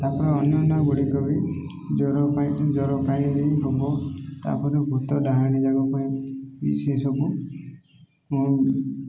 ତାପରେ ଅନ୍ୟାନ୍ୟ ଗୁଡ଼ିକ ବି ଜର ପାଇଁ ଜର ପାଇଁ ବି ହବ ତାପରେ ଭୂତ ଡାହାଣୀ ଯାକ ପାଇଁ ବି ସେସବୁ